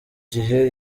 gihe